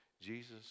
Jesus